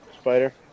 Spider